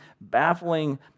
baffling